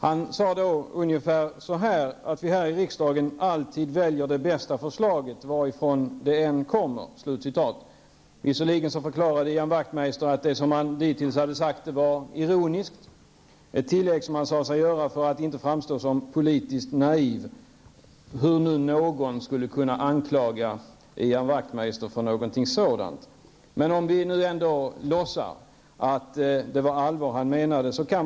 Han sade då att vi här i riksdagen alltid väljer det bästa förslaget, varifrån det än kommer. Visserligen förklarade Ian Wachtmeister sedan att vad han dittills hade sagt var ironiskt, ett tillägg som han sade sig göra för att inte framstå som politiskt naiv, hur nu någon skulle kunna anklaga Ian Wachtmeister för något sådant. Men låt oss låtsas att han menade allvar.